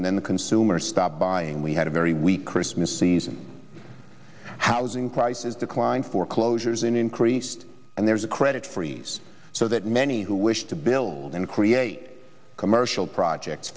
and then the consumer stopped buying we had a very weak christmas season housing prices declined foreclosures and increased and there's a credit freeze so that many who wish to build and create commercial projects